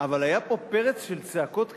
אבל היה פה פרץ של צעקות כאלה,